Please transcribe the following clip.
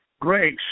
grace